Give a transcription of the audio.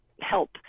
help